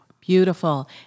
Beautiful